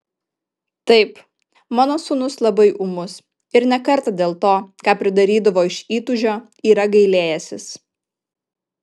taip mano sūnus labai ūmus ir ne kartą dėl to ką pridarydavo iš įtūžio yra gailėjęsis